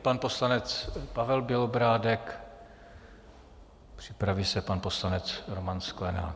Pan poslanec Pavel Bělobrádek, připraví se pan poslanec Roman Sklenák.